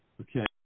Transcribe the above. Okay